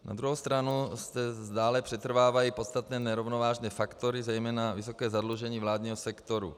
Na druhou stranu zde dále přetrvávají podstatné nerovnovážné faktory, zejména vysoké zadlužení vládního sektoru.